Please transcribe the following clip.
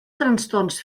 trastorns